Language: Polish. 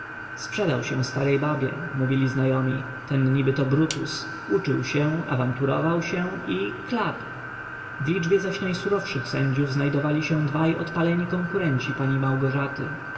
sprzedał się starej babie mówili znajomi ten nibyto brutus uczył się awanturował się i klap w liczbie zaś najsurowszych sędziów znajdowali się dwaj odpaleni konkurenci pani małgorzaty